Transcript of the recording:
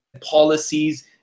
policies